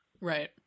Right